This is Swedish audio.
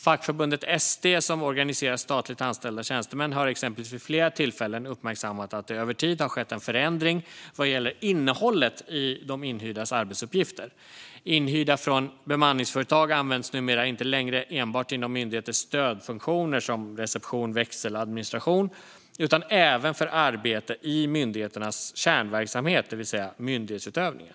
Fackförbundet ST, som organiserar statligt anställda tjänstemän, har exempelvis vid flera tillfällen uppmärksammat att det över tid har skett en förändring vad gäller innehållet i de inhyrdas arbetsuppgifter. Inhyrda från bemanningsföretag används numera inte längre enbart inom myndigheters stödfunktioner, såsom reception, växel och administration, utan även för arbete i myndigheters kärnverksamhet, det vill säga myndighetsutövning.